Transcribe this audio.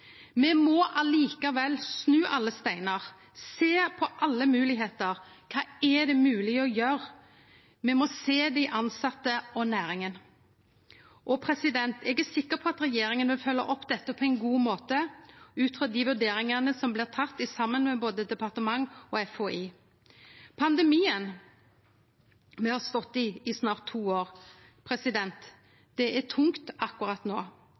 Me må likevel snu alle steinar og sjå på alle moglegheiter. Kva er det mogleg å gjere? Me må sjå dei tilsette og næringa. Eg er sikker på at regjeringa vil følgje opp dette på ein god måte, ut frå dei vurderingane som blir tekne saman med både departement og FHI. Pandemien har me stått i i snart to år. Det er tungt akkurat